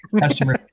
customer